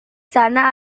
sana